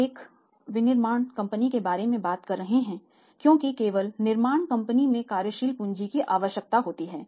हम एक विनिर्माण कंपनी के बारे में बात कर रहे हैं क्योंकि केवल निर्माण कंपनी में कार्यशील पूंजी की आवश्यकता है